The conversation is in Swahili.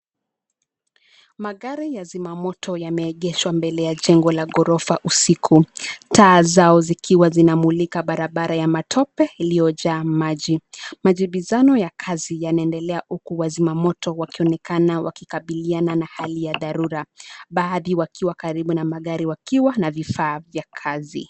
Magari ya zimamoto yameegeshwa mbele ya jengo la ghorofa usiku. Taa zao zikiwa zinamulika barabara ya matope iliyojaa maji. Majibizano ya kazi yanaendelea huku wazima moto wakionekana wakikabiliana na hali ya dharura. Baadhi wakiwa karibu na magari wakiwa na vifaa vya kazi.